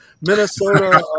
Minnesota